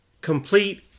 complete